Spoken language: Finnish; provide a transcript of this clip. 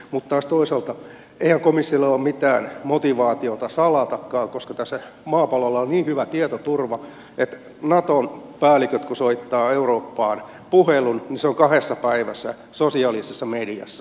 mutta taas toisaalta eihän komissiolla ole mitään motivaatiota salatakaan koska maapallolla on niin hyvä tietoturva että naton päälliköt kun soittavat eurooppaan puhelun niin se on kahdessa päivässä sosiaalisessa mediassa